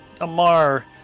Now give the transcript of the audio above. Amar